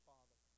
Father